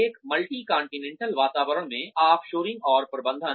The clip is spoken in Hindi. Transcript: एक वातावरण में ऑफ़शोरिंग और प्रबंधन